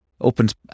opens